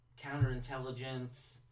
counterintelligence